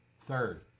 Third